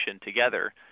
together